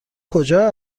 کجا